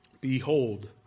Behold